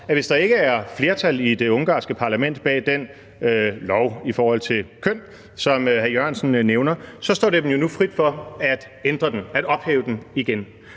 at hvis der ikke er flertal i det ungarske parlament bag den lov i forhold til køn, som hr. Jan E. Jørgensen nævner, så står det dem nu frit for at ophæve den igen.